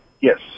Yes